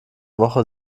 woche